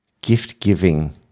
gift-giving